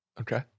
Okay